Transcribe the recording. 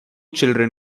children